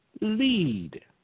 lead